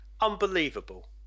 Unbelievable